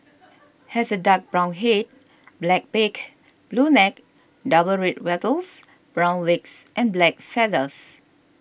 has a dark brown head black beak blue neck double red wattles brown legs and black feathers